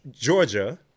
Georgia